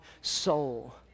soul